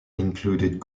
included